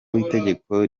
w’itegeko